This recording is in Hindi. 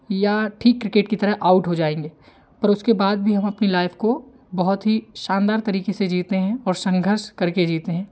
या ठीक क्रिकेट की तरह आउट हो जाएँगे पर उसके बाद भी हम अपनी लाइफ़ को बहुत ही शानदार तरीक़े से जीते हैं और संघर्ष करके जीते हैं